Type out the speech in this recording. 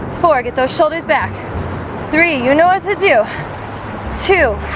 core get those shoulders back three, you know what to do two